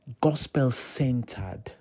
gospel-centered